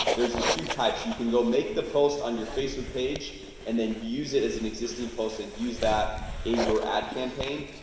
there's the two types you can go make the post on your facebook page and then use it as an existing post and use that in your ad campaign,